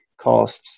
costs